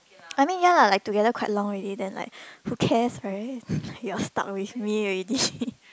I mean ya lah like together quite long already then like who cares right you're stuck with me already